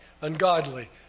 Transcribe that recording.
ungodly